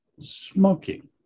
smoking